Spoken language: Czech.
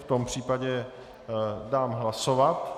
V tom případě dám hlasovat.